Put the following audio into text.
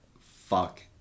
fuck